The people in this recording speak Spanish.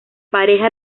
pareja